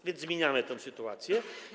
A więc zmieniamy tę sytuację.